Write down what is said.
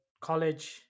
college